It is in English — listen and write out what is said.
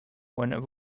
when